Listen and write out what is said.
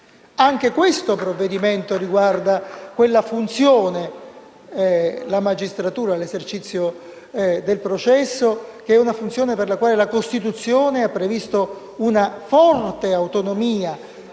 Anche questo provvedimento riguarda quella funzione (la magistratura, l'esercizio del processo), che è una funzione per la quale la Costituzione ha previsto una forte autonomia